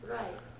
right